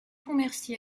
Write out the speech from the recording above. pontmercy